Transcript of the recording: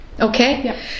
Okay